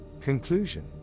Conclusion